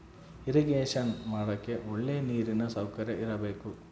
irrigation ಮಾಡಕ್ಕೆ ಒಳ್ಳೆ ನೀರಿನ ಸೌಕರ್ಯ ಇರಬೇಕು